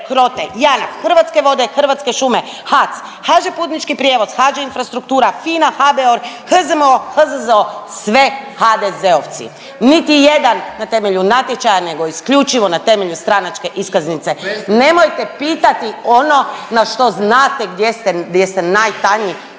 HROTE, Janaf, Hrvatske vode, Hrvatske šume, HAC, HŽ-Putnički prijevoz, HŽ-Infrastruktura, FINA, HBOR, HZMO, HZZO, sve HDZ-ovci, niti jedan na temelju natječaja nego isključivo na temelju stranačke iskaznice. Nemojte pitati ono na što znate gdje ste, gdje